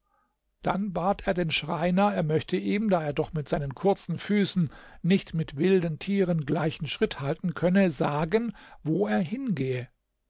dann bat er den schreiner er möchte ihm da er doch mit seinen kurzen füßen nicht mit wilden tieren gleichen schritt halten könne sagen wo er hingehe